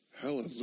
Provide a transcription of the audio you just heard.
Hallelujah